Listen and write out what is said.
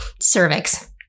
cervix